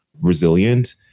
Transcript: resilient